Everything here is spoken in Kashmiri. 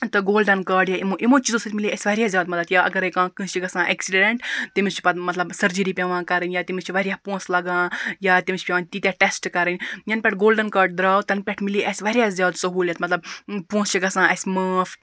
تہٕ گولڈَن کاڈ یا یِمو یِمو چیٖزو سۭتۍ مِلے اَسہِ واریاہ زیادٕ مَدَد یا اَگَر کانٛہہ کٲنٛسہِ چھُ گَژھان ایٚکسِڈنٹ تمس چھِ پَتہٕ مَطلَب سرجری پیٚوان کَرٕنۍ یا تمس چھِ واریاہ پونٛسہٕ لَگان یا تمس چھِ پیٚوان تیٖتیاہ ٹیٚسٹ کَرٕنۍ یَنہٕ پیٚٹھٕ گولڈَن کاڈ دراو تَنہٕ پیٚٹھٕ مِلے اَسہِ واریاہ زیادٕ سہولیت مَطلَب پونٛسہٕ چھِ گَژھان اَسہِ معاف